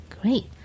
Great